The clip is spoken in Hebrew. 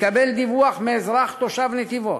מתקבל דיווח מאזרח תושב נתיבות: